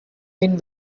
been